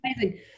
amazing